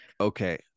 okay